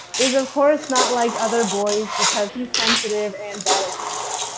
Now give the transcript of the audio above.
is of course not like other boys because he's sensitive and bad at hunting.